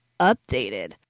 updated